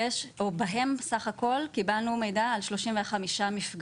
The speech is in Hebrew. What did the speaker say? ובהם בסך הכל קיבלנו מידע על 35 מפגעים.